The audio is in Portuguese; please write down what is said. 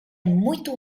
muito